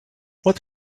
what